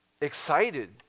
excited